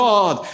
God